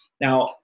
Now